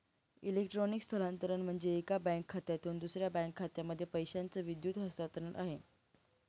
electronic स्थलांतरण म्हणजे, एका बँक खात्यामधून दुसऱ्या बँक खात्यामध्ये पैशाचं विद्युत हस्तांतरण आहे